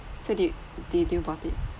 so do you do you do you bought it